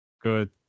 Good